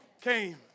came